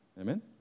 Amen